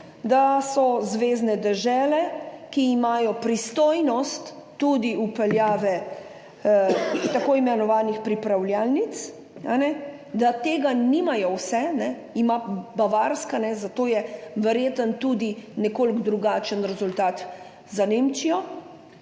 da so zvezne dežele, ki imajo pristojnost tudi vpeljave tako imenovanih pripravljalnic, da tega nimajo vse, ima Bavarska, zato je verjetno tudi nekoliko drugačen rezultat za Nemčijo,